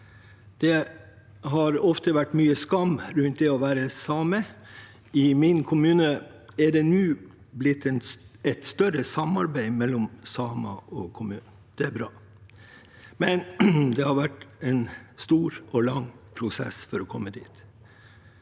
Det har ofte vært mye skam rundt det å være same. I min kommune er det nå blitt et større samarbeid mellom samer og kommunen. Det er bra, men det har vært en stor og lang prosess for å komme dit.